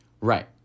Right